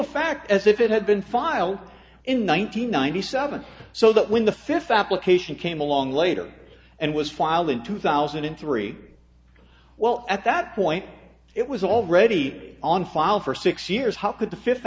effect as if it had been filed in one thousand nine hundred ninety seven so that when the fifth application came along later and was filed in two thousand and three well at that point it was already on file for six years how could the fifth